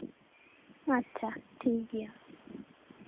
ᱟᱪᱪᱷᱟ ᱴᱷᱤᱠ ᱜᱮᱭᱟ